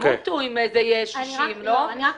ימותו אם זה יהיה 60, לא?